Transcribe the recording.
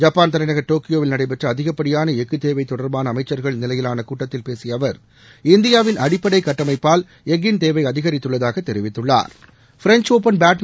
Japan தலைநகர் டோக்கியோவில் நடைபெற்ற அதிகபடியான எஃகு தேவை தொடர்பான அமைச்சள்கள் நிலையிலான கூட்டத்தில் பேசிய அவர் இந்தியாவின் அடிப்படை கட்டமைப்பால் எஃகின் தேவை அதிகரித்துள்ளதாக தெரிவித்தாா்